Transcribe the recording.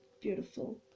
Beautiful